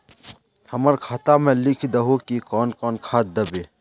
हमरा खाता में लिख दहु की कौन कौन खाद दबे?